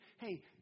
Hey